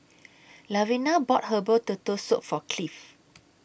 Lavina bought Herbal Turtle Soup For Cliff